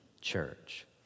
church